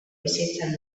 bizitzan